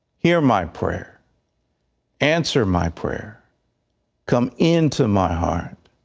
hear my prayer answer my prayer come into my heart